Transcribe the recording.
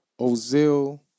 Ozil